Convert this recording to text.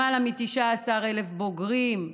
למעלה מ-19,000 בוגרים,